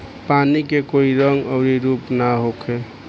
पानी के कोई रंग अउर रूप ना होखें